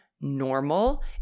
normal